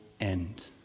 end